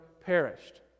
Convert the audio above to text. perished